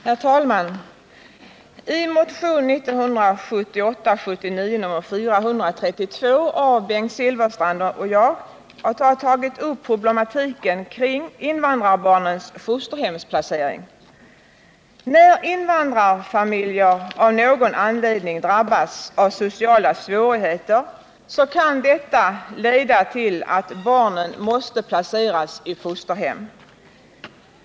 Herr talman! I motion 1978/79:432 har Bengt Silfverstrand och jag tagit upp problematiken kring invandrarbarnens fosterhemsplacering. När invandrarfamiljer av någon anledning drabbas av sociala svårigheter kan detta leda till att barnen måste placeras i fosterhem.